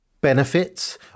benefits